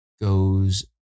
goes